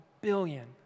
billion